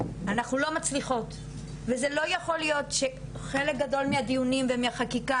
אנחנו לא מצליחות וזה לא יכול להיות שחלק גדול מהדיונים ומהחקיקה